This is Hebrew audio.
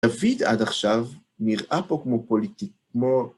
דוד, עד עכשיו, נראה פה כמו פוליט... כמו...